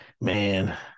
man